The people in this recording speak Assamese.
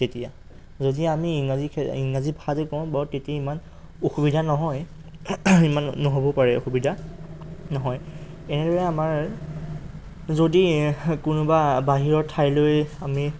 তেতিয়া যদি আমি ইংৰাজী ইংৰাজী ভাষাতো কওঁ বাৰু তেতিয়া ইমান অসুবিধা নহয় ইমান নহ'বও পাৰে অসুবিধা নহয় এনেদৰে আমাৰ যদি কোনোবা বাহিৰৰ ঠাইলৈ আমি